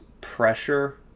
pressure